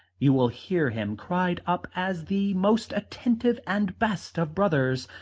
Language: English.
you will hear him cried up as the most attentive and best of brothers.